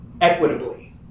equitably